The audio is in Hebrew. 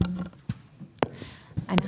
אני